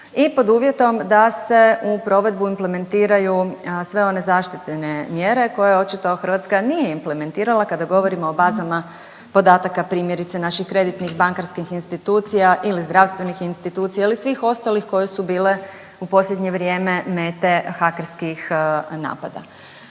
i pod uvjetom da se u provedbu implementiraju sve one zaštitne mjere koje očito Hrvatska nije implementirala kada govorimo o bazama podataka primjerice naših kreditnih bankarskih institucija ili zdravstvenih institucija ili svih ostalih koje su bile u posljednje vrijeme mete hakerskih napada.